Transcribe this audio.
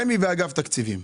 רמ"י ואגף תקציבים.